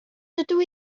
dydw